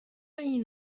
این